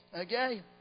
okay